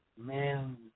man